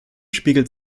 spiegelt